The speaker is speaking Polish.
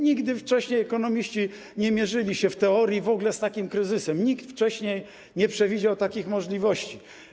Nigdy wcześniej ekonomiści nie mierzyli się w teorii z takim kryzysem, nikt wcześniej nie przewidział takich możliwości.